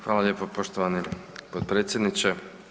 Hvala lijepo poštovani potpredsjedniče.